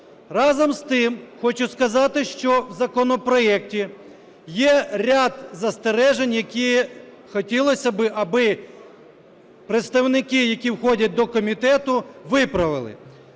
Разом з тим, хочу сказати, що в законопроекті є ряд застережень, які хотілось би, аби представники, які входять до комітету, виправили.